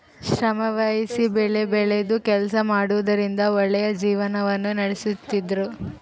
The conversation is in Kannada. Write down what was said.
ಶ್ರಮವಹಿಸಿ ಬೆಳೆಬೆಳೆದು ಕೆಲಸ ಮಾಡುವುದರಿಂದ ಒಳ್ಳೆಯ ಜೀವನವನ್ನ ನಡಿಸ್ತಿದ್ರು